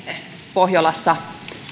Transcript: pohjolassa